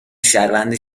شهروند